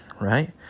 right